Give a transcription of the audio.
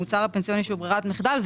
המוצר הפנסיוני שהוא ברירת מחדל.